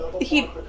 he-